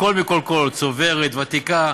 הכול מכול כול, צוברת, ותיקה,